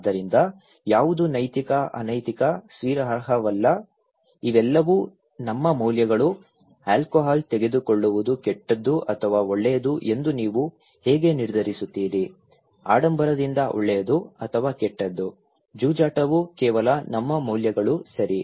ಆದ್ದರಿಂದ ಯಾವುದು ನೈತಿಕ ಅನೈತಿಕ ಸ್ವೀಕಾರಾರ್ಹವಲ್ಲ ಇವೆಲ್ಲವೂ ನಮ್ಮ ಮೌಲ್ಯಗಳು ಆಲ್ಕೋಹಾಲ್ ತೆಗೆದುಕೊಳ್ಳುವುದು ಕೆಟ್ಟದು ಅಥವಾ ಒಳ್ಳೆಯದು ಎಂದು ನೀವು ಹೇಗೆ ನಿರ್ಧರಿಸುತ್ತೀರಿ ಆಡಂಬರದಿಂದ ಒಳ್ಳೆಯದು ಅಥವಾ ಕೆಟ್ಟದು ಜೂಜಾಟವು ಕೇವಲ ನಮ್ಮ ಮೌಲ್ಯಗಳು ಸರಿ